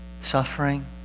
suffering